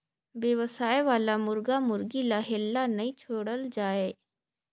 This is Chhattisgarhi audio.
बेवसाय वाला मुरगा मुरगी ल हेल्ला नइ छोड़ल जाए